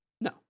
no